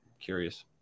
curious